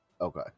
Okay